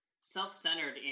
self-centered